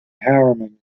harriman